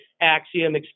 Axiom